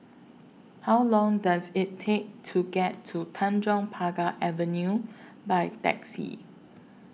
How Long Does IT Take to get to Tanjong Pagar Avenue By Taxi